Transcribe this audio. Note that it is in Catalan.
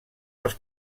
els